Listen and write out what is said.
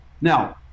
Now